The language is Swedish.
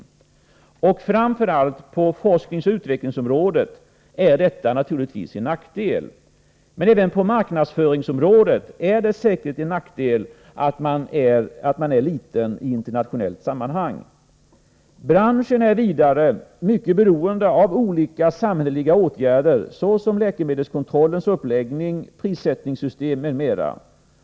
Framför allt är detta naturligtvis en nackdel på forskningsoch utvecklingsområdet, men säkerligen är det i internationellt sammanhang även på marknadsföringsområdet en nackdel att vara liten. Branschen är vidare mycket beroende av olika samhälleliga insatser vad gäller läkemedelskontrollens uppläggning, prissättningssystem m.m.